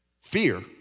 Fear